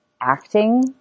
acting